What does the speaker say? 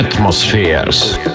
atmospheres